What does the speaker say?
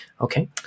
Okay